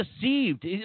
deceived